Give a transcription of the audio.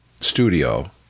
studio